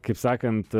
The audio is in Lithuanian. kaip sakant